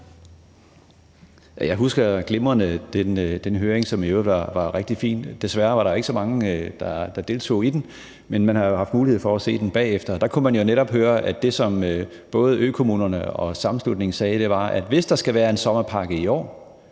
Jeg husker glimrende den høring, som i øvrigt var rigtig fin. Desværre var der ikke så mange, der deltog i den. Men man har jo haft mulighed for at se den bagefter, og der kunne man jo netop høre, at det, som både økommunerne og sammenslutningen sagde, var, at hvis der skal være en sommerpakke i år,